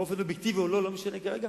באופן אובייקטיבי או לא, לא משנה כרגע.